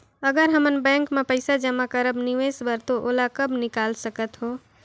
अगर हमन बैंक म पइसा जमा करब निवेश बर तो ओला कब निकाल सकत हो?